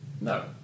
No